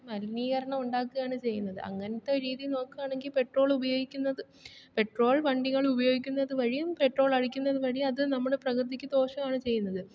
മലിനീകരണം ഉണ്ടാക്കുകയാണ് ചെയ്യുന്നത് അങ്ങനത്തെ ഒരു രീതി നോക്കുവാണെങ്കിൽ പെട്രോൾ ഉപയോഗിക്കുന്നത് പെട്രോൾ വണ്ടികൾ ഉപയോഗിക്കുന്നത് വഴിയും പെട്രോൾ അടിക്കുന്നത് വഴിയും അത് നമ്മുടെ പ്രകൃതിക്ക് ദോഷമാണ് ചെയ്യുന്നത്